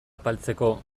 apaltzeko